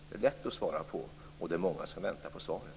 Det är lätt att svara på, och det är många som väntar på svaret.